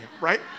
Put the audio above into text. right